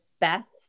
best